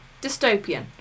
dystopian